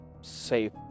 safe